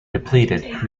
depleted